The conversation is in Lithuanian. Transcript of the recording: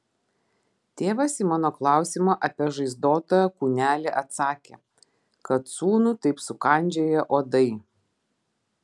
tėvas į mano klausimą apie žaizdotą kūnelį atsakė kad sūnų taip sukandžioję uodai